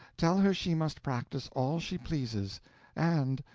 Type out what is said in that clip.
tell her she must practice all she pleases and,